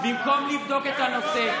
במקום לבדוק את הנושא,